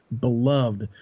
beloved